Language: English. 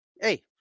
Hey